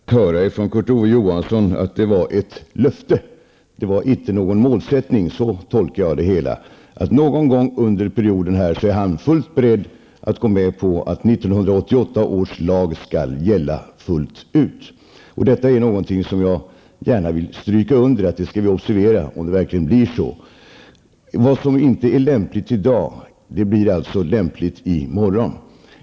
Fru talman! Det var ju glädjande att höra från Kurt Ove Johansson att det var ett löfte och inte någon målsättning -- så tolkar jag det hela. Någon gång under den här mandatperioden är han beredd att gå med på att 1988 års lag skall gälla fullt ut. Jag vill gärna stryka under att vi skall observera om det verkligen blir så. Vad som inte är lämpligt i dag blir alltså lämpligt i morgon.